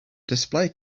display